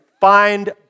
find